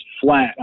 flat